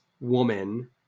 woman